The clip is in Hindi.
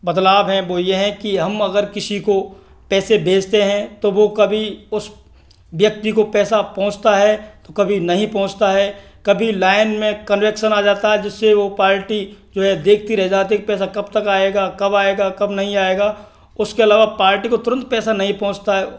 बदलाव है वो ये है कि हम अगर किसी को पैसे भेजते हैं तो वो कभी उस व्यक्ति को पैसा पहुँचता है कभी नहीं पहुँचता है कभी लाइन में कन्वेक्शन आ जाता है जिससे वो पार्टी जो है देखती रह जाती है कि पैसा कब तक आएगा कब आएगा कब नहीं आएगा उसके आलावा पार्टी को तुरंत पैसा नहीं पहुँचता है